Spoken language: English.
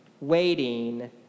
waiting